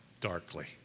darkly